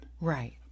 Right